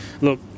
look